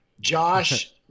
Josh